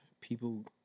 people